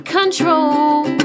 control